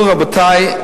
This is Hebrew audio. רבותי,